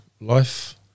life